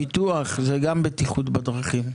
פיתוח זה גם בטיחות בדרכים.